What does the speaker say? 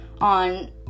on